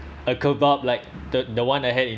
a kebab like the the one I had in